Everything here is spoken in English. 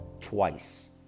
twice